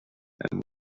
and